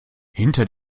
hinter